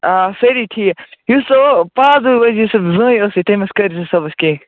آ سٲری ٹھیٖک یُس سُہ ہُہ پانٛژترٕٛہ ؤرِش سُہ زٔنۍ ٲسٕے تٔمِس کٔرۍ زِ صُبَحس کیٚنٛہہ